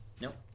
Nope